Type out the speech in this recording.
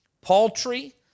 paltry